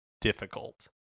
difficult